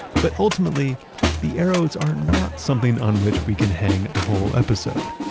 but ultimately the arrows are not something on which we can hang a whole episode.